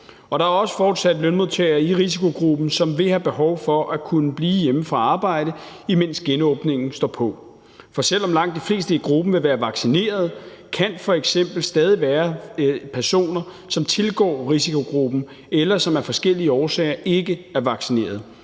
Der er også fortsat lønmodtagere i risikogruppen, som vil have behov for at kunne blive hjemme fra arbejde, imens genåbningen står på. For selv om langt de fleste i gruppen vil være vaccinerede, kan der f.eks. stadig være personer, som tilgår risikogruppen, eller som af forskellige årsager ikke er vaccineret,